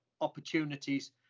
opportunities